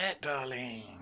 darling